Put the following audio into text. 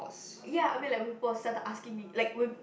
ya I mean like people have started asking me like when